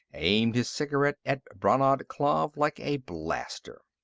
aimed his cigarette at brannad klav like a blaster.